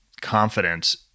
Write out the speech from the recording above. confidence